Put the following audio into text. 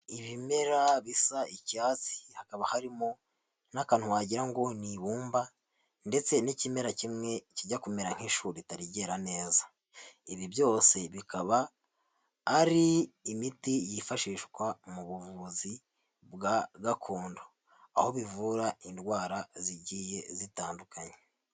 Ibimera bisa icyatsi hakaba harimo n'akantu wagira ngo ni ibumba ndetse n'ikimera kimwe kijya kumera nk'ishu ritari ryera neza. Ibi byose bikaba ari imiti yifashishwa mu buvuzi bwa gakondo, aho bivura indwara zigiye zitandukanye.